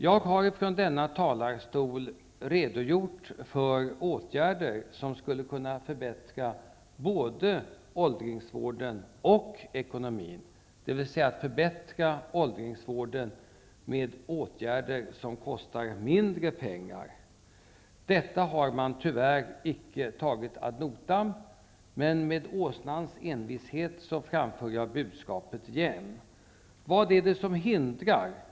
Jag har från denna talarstol redogjort för åtgärder som skulle kunna förbättra både åldringsvården och ekonomin, dvs. förbättra åldringsvården med åtgärder som kostar mindre pengar. Detta har man tyvärr icke tagit ad notam, men med åsnans envishet framför jag budskapet igen. Vad är det som hindrar?